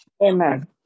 Amen